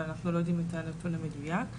אבל לא יודעים את הנתון המדויק.